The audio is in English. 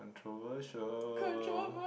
introversion